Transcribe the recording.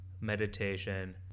meditation